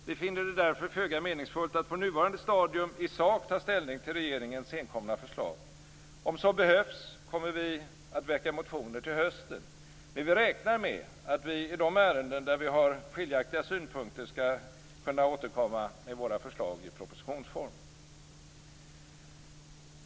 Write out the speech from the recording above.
Vi finner det därför föga meningsfullt att på nuvarande stadium i sak ta ställning till regeringens senkomna förslag. Om så behövs, kommer vi att väcka motioner till hösten. Men vi räknar med att vi i de ärenden där vi har skiljaktiga synpunkter skall kunna återkomma med våra förslag i propositionsform.